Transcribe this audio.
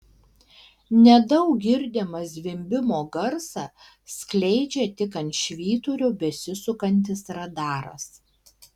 nedaug girdimą zvimbimo garsą skleidžia tik ant švyturio besisukantis radaras